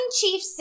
chief